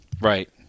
Right